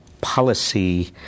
policy